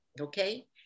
okay